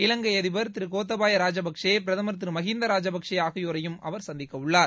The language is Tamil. இலங்கை அதிபர் திரு கோத்தபய ராஜபக்ஷே பிரதமர் திரு மகிந்தா ராஜபக்ஷே ஆகியோரையும் அவர் சந்திக்கவுள்ளார்